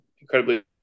incredibly